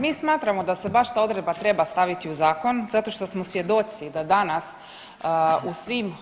Mi smatramo da se baš ta odredba treba staviti u zakon zato što smo svjedoci da danas u svim